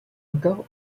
encore